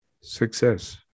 success